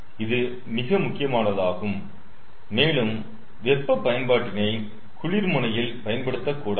இது மிக முக்கியமானதாகும் மேலும் வெப்ப பயன்பாட்டினை குளிர் முனையில் பயன்படுத்தக்கூடாது